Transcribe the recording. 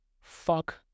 Fuck